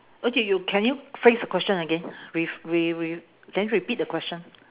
okay you can you phrase the question again reph~ re~ re~ can you repeat the question